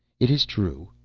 it is true,